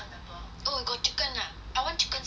oh got chicken ah I want chicken sia tomorrow